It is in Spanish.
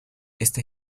este